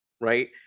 Right